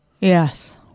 Yes